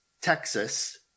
Texas